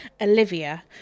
Olivia